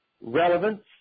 relevance